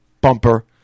bumper